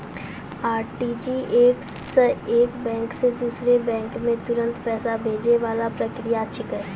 RTGS एक bank से दूसरो बैंक मे तुरंत पैसा भैजै वाला प्रक्रिया छिकै